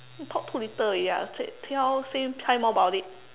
you talk too little already ah say tell say tell more about it